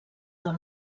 del